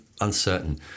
uncertain